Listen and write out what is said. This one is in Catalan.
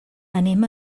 anem